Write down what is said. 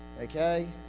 Okay